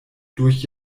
durch